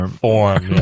form